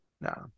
no